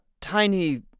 tiny